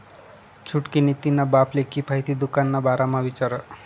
छुटकी नी तिन्हा बापले किफायती दुकान ना बारा म्हा विचार